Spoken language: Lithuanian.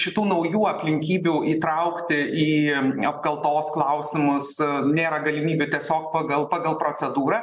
šitų naujų aplinkybių įtraukti į apkaltos klausimus nėra galimybių tiesiog pagal pagal procedūrą